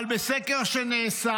אבל בסקר שנעשה